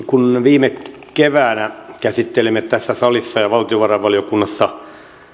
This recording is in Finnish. kun viime keväänä käsittelimme tässä salissa ja valtiovarainvaliokunnassa